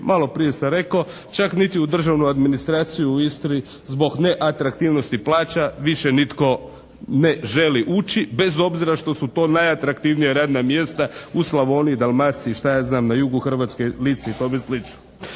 Maloprije sam rekao, čak niti u državnu administraciju u Istri zbog neatraktivnosti plaća više nitko ne želi ući, bez obzira što su to najatraktivnija radna mjesta u Slavoniji, Dalmaciji, šta ja znam, na jugu Hrvatske, Lici i tome slično.